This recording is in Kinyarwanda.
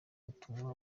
butumwa